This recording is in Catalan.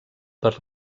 per